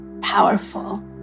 powerful